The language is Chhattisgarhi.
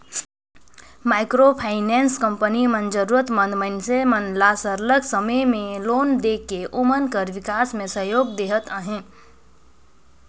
माइक्रो फाइनेंस कंपनी मन जरूरत मंद मइनसे मन ल सरलग समे में लोन देके ओमन कर बिकास में सहयोग देहत अहे